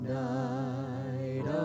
night